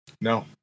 No